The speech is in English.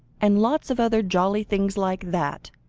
and lots of other jolly things like that,